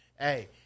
Hey